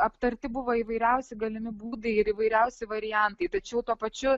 aptarti buvo įvairiausi galimi būdai ir įvairiausi variantai tačiau tuo pačiu